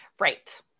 Right